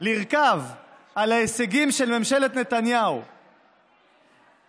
לרכוב על ההישגים של ממשלת נתניהו ולומר: